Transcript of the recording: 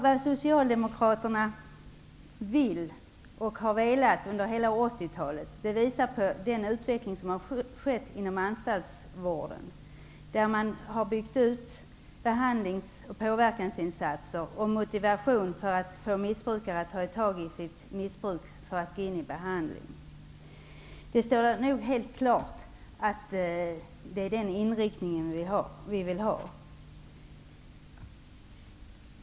Det Socialdemokraterna vill och har velat under hela 80-talet visar den utveckling som ägt rum inom anstaltsvården. Man har byggt ut behandlings och påverkansinsatser för att ge missbrukare motivation att ta tag i sitt missbruk och gå in i behandling. Det står nog helt klart att det är den inriktningen vi vill ha.